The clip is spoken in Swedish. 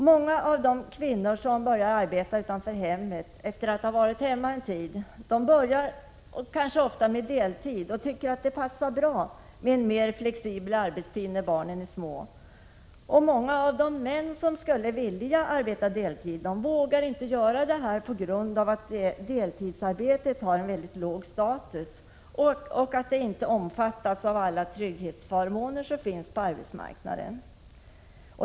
Många av de kvinnor som börjar arbeta utanför hemmet efter att ha varit hemma en tid vill ha deltid och tycker att det passar bra med en mera flexibel arbetstid när barnen är små. Många av de män som skulle vilja arbeta deltid vågar inte göra det på grund av att deltidsarbetet har en låg status och inte omfattas av alla trygghetsförmåner på arbetsmarknaden.